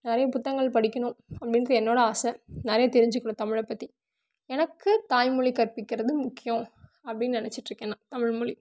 நிறைய புத்தங்கள் படிக்கணும் அப்படிங்கிறது என்னோடய ஆசை நிறைய தெரிஞ்சிக்கணும் தமிழை பற்றி எனக்கு தாய் மொழி கற்பிக்கிறது முக்கியம் அப்படின்னு நினச்சிட்டு இருக்கேன் நான் தமிழ் மொழி